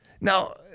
Now